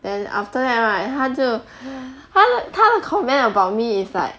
then after that right 他就他他 comment about me is like